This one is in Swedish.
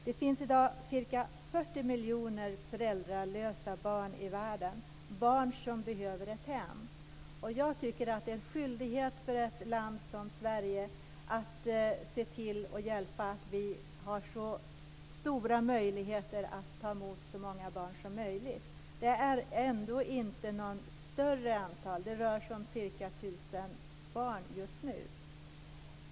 Det finns i dag ca 40 miljoner föräldralösa barn i världen, barn som behöver ett hem. Jag tycker att det är en skyldighet för ett land som Sverige att se till att vi kan ta emot så många barn som möjligt. Det handlar ändå inte om något större antal. Det rör sig om ca 1 000 barn just nu.